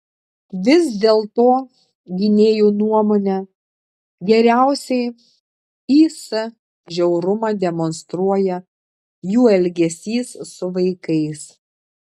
vis dėlto gynėjų nuomone geriausiai is žiaurumą demonstruoja jų elgesys su vaikais